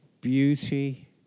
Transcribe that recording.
beauty